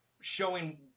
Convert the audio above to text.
showing